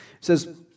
says